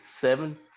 seven